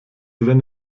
wenn